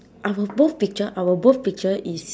our both picture our both picture is